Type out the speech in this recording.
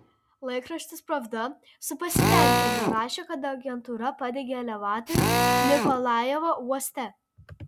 laikraštis pravda su pasitenkinimu rašė kad agentūra padegė elevatorių nikolajevo uoste